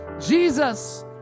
Jesus